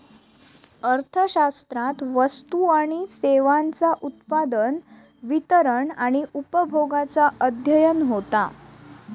अर्थशास्त्रात वस्तू आणि सेवांचा उत्पादन, वितरण आणि उपभोगाचा अध्ययन होता